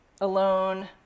alone